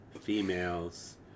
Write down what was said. females